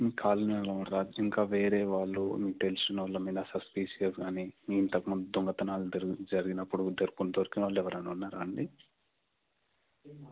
మీ కాల్ని వాళ్ళు రాత్రి ఇంకా వేరే వాళ్ళు మీకు తెలిసినోళ్ళ మీద సస్పీషియస్ గానీ ఇంతకుముందు దొంగతనాలు జరి జరిగినప్పుడు దొరికి దొరికినోళ్ళు ఎవరైనా ఉన్నారా అండి